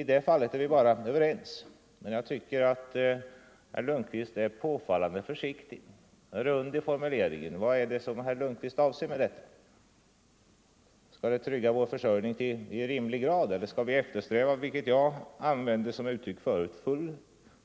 I det fallet är vi överens. Men jag tycker att herr Lundkvist är påfallande försiktig och rund i formuleringen. Vad är det som herr Lundkvist avser med detta? Skall vi trygga vår försörjning i rimlig grad eller skall vi eftersträva — vilket jag uttryckte förut — full